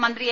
മന്ത്രി എ